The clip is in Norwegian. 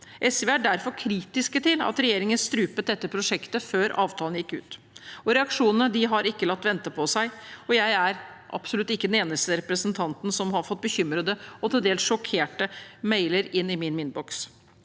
SV er derfor kritisk til at regjeringen strupte dette prosjektet før avtalen gikk ut, og reaksjonene har ikke latt vente på seg. Jeg er absolutt ikke den eneste representanten som har fått bekymrede og til dels sjokkerte mailer inn i min innboks.